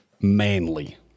manly